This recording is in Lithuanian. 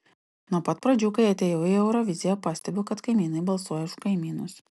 nuo pat pradžių kai atėjau į euroviziją pastebiu kad kaimynai balsuoja už kaimynus